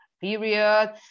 period